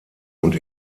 und